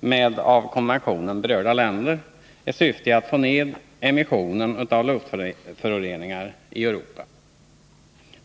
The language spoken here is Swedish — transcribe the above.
med av konventionen berörda länder i syfte att få ned immissionen av luftföroreningar i Europa.